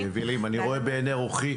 מבנים יבילים, אני רואה בעיני רוחי,